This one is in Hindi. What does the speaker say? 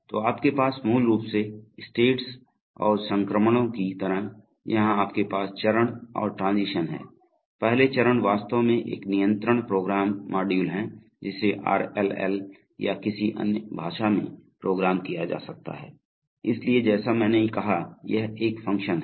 तो आपके पास मूल रूप से स्टेट्स और संक्रमणों की तरह यहां आपके पास चरण और ट्रांजीशन हैं प्रत्येक चरण वास्तव में एक नियंत्रण प्रोग्राम मॉड्यूल है जिसे आरएलएल या किसी अन्य भाषा में प्रोग्राम किया जा सकता है इसलिए जैसा मैंने कहा यह एक फ़ंक्शन है